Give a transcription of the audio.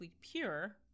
pure